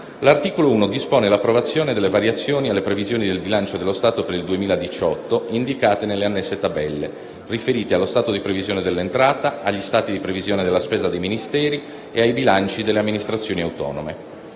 l'articolo 1 dispone l'approvazione delle variazioni alle previsioni del bilancio dello Stato per il 2018, indicate nelle annesse tabelle, riferite allo stato di previsione dell'entrata, agli stati di previsione della spesa dei Ministeri e ai bilanci delle amministrazioni autonome.